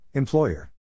Employer